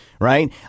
Right